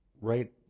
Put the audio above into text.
right